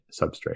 substrate